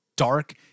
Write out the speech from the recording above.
Dark